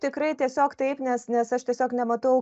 tikrai tiesiog taip nes nes aš tiesiog nematau